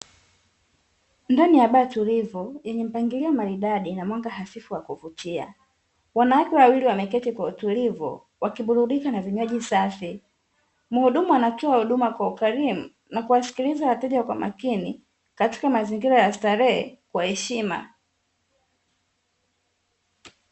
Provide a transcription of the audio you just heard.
Ndani ya baa tulivu yenye mpangilio maridadi na mwanga hafifu wa kuvutia. Wanawake wawili wameketi kwa utulivu, wakiburudika na vinywaji safi. Muhudumu anatoa huduma kwa ukarimu na kuwasikiliza wateja kwa makini katika mazingira ya starehe, kwa heshima.